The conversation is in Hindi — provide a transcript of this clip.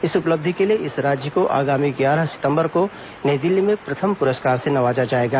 इस उपलब्धि के लिए इस राज्य को आगामी ग्यारह सितंबर को नई दिल्ली में प्रथम प्रस्कार से नवाजा जाएगा